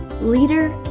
leader